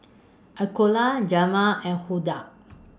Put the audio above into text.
Jamel and Huldah